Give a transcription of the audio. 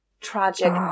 tragic